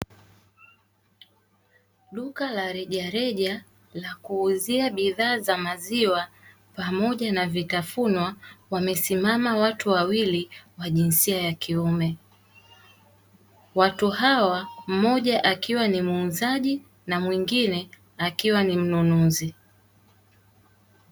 Duka la rejareja la kuuzia bidhaa za maziwa pamoja na vitafunwa, wamesimama watu wawili wa jinsia ya kiume, watu hawa mmoja akiwa ni muuzaji na mwingine akiwa ni mnjnuzi.